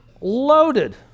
Loaded